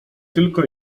tylko